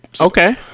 Okay